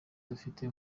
dufite